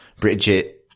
Bridget